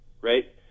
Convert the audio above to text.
right